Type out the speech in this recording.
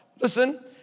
Listen